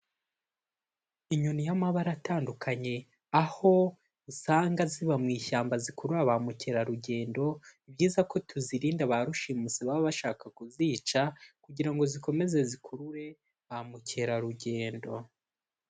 Inyoni y'amabara atandukanye, aho usanga ziba mu ishyamba zikurura ba mukerarugendo, ni byiza ko tuzirinda ba rushimusi baba bashaka kuzica, kugira ngo zikomeze zikurure ba mukerarugendo.